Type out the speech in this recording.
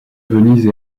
venise